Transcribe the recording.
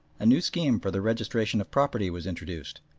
a new scheme for the registration of property was introduced,